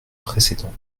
précédent